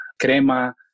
crema